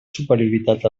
superioritat